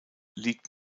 liegt